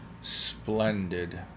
splendid